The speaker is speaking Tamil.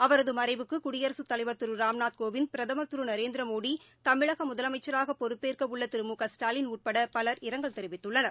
அவரதுமறைவுக்குகுடியரசுத் தலைவர் திருராம்நாத் கோவிந்த் பிரதமர் திருநரேந்திரமோடி தமிழகமுதலமைச்சராகப் பொறுப்பேற்கஉள்ளதிரு மு க ஸ்டாலின் உட்படபலர் இரங்கல் தெரிவித்துள்ளனர்